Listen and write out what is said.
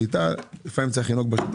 זוהי השיטה, ולפעמים צריך לנהוג בה.